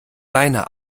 seine